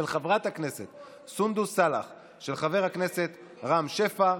של חברת הכנסת סונדוס סאלח, של חבר הכנסת רם שפע.